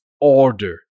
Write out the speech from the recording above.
order